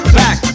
back